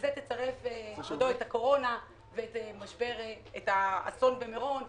לזה צריך לצרף את הקורונה ואת האסון במירון.